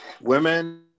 women